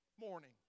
morning